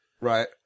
Right